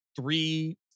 three